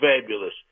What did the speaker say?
fabulous